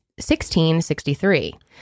1663